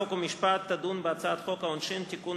חוק ומשפט תדון בהצעת חוק העונשין (תיקון,